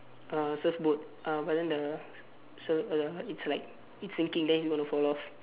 uh surfboard uh but then the so err it's like it's sinking then he's going to fall off